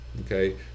okay